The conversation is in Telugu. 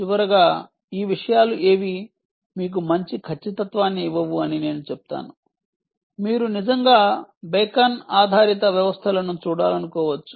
చివరగా ఈ విషయాలు ఏవీ మీకు మంచి ఖచ్చితత్వాన్ని ఇవ్వవు అని నేను చెప్తాను మీరు నిజంగా బెకన్ ఆధారిత వ్యవస్థలను చూడాలనుకోవచ్చు